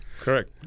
Correct